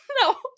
No